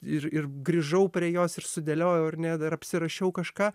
ir ir grįžau prie jos ir sudėliojau ar ne dar apsirašiau kažką